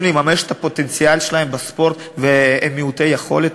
לממש את הפוטנציאל שלהם בספורט והם מעוטי יכולת,